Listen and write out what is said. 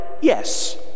Yes